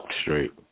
Straight